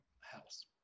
house